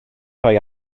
rhoi